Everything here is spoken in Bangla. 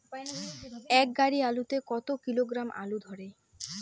এক গাড়ি আলু তে কত কিলোগ্রাম আলু ধরে?